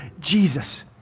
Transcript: Jesus